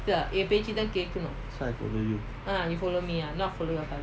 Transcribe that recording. that's why I follow you